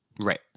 Right